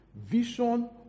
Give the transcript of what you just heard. vision